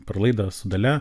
per laidą su dalia